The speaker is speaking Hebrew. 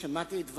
שמעתי את דברייך,